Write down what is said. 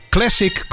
Classic